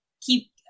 keep